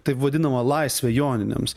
taip vadinamą laisvę joninėms